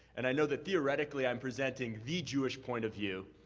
and i know that theoretically, i'm presenting the jewish point of view,